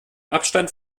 abstand